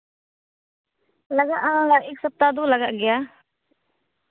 ᱞᱟᱜᱟᱜᱼᱟ ᱚᱱᱟ ᱮᱹᱠ ᱥᱟᱯᱛᱟ ᱫᱚ ᱞᱟᱜᱟᱜ ᱜᱮᱭᱟ